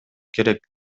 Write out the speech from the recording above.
керек